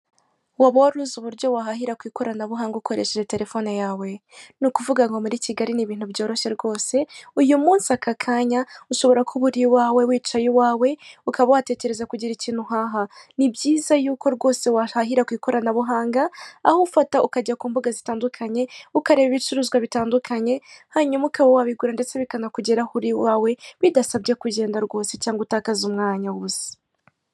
Waba waruzi uburyo wahaha ku ikoranabuhanga ukoresheje terefone yawe n'ukuvugango muri Kigali n'ibintu byoroshye rwose uyu munsi aka kanya ushobora kuba uri iwawe wicaye iwawe ukaba watekereza kugira ikintu uhaha, nibyiza yuko rwose wahahira ku ikoranabuhanga aho ufata ukarya ku imbuga zitandukanye ukareba ibicuruzwa bitandukanye, hanyuma ukaba wabigura ndetse bikaba byakugeraho uri iwawe bidasabye kugenda rwose cyangwa utakaze umwanya w'ubusa.